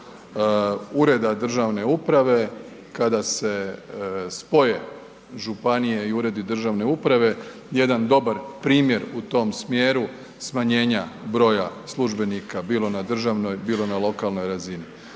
ureda državne uprave kada se spoje županije i uredi državne uprave, jedan dobar primjer u tom smjeru smanjenja broja službenika bilo na državnoj, bilo na lokalnoj razini.